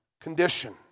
condition